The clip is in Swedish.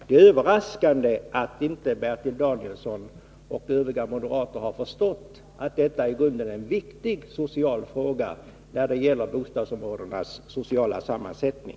Det är överraskande att Bertil Danielsson och övriga moderater inte har förstått att detta i grunden är en viktig social fråga när det gäller bostadsområdenas sociala sammansättning.